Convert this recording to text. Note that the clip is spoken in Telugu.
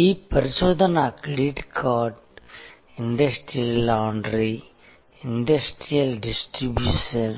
ఈ పరిశోధన credit card industrial laundry industrial distribution